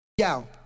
Yo